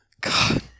God